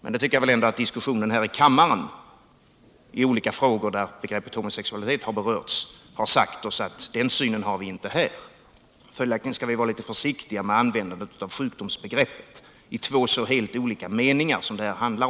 Men det tycker jag ändå att diskussionen här i kammaren i olika frågor, när begreppet homosexualitet berörts, har sagt oss att den synen har vi inte här. Följaktligen skall vi vara litet försiktiga med användandet av sjukdomsbegreppet i två så helt olika meningar som det här handlar om.